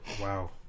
Wow